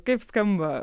kaip skamba